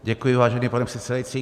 Děkuji, vážený pane předsedající.